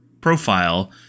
profile